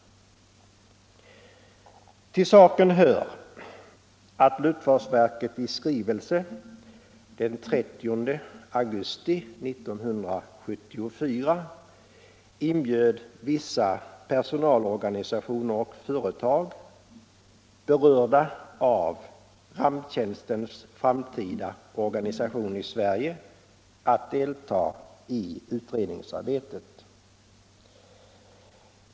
Till saken hör att luftfartsverket i skrivelse den 30 augusti 1974 inbjöd vissa personalorganisationer och företag, berörda av ramptjänstens framtida organisation i Sverige, att delta i utredningsarbetet.